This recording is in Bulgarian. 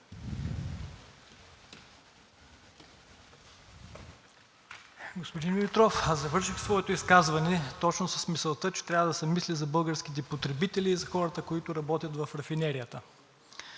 Господин Димитров, аз завърших своето изказване точно с мисълта, че трябва да се мисли за българските потребители и за хората, които работят в рафинерията.